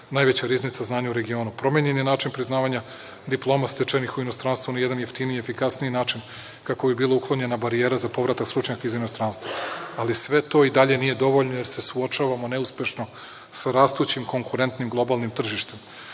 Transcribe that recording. najveća riznica znanja u regionu. Promenjen je način priznavanja diploma stečenih u inostranstvu na jedan jeftiniji i efikasniji način, kako bi bila uklonjena barijera za povratak stručnjaka iz inostranstva, ali sve to i dalje nije dovoljno, jer se suočavamo neuspešno sa rastućim konkurentnim globalnim tržištem. Potrebno